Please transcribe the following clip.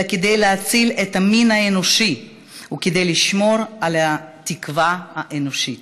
אלא כדי להציל את המין האנושי וכדי לשמור על התקווה האנושית,